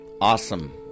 awesome